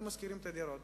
והם משכירים את הדירות.